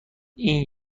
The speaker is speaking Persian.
این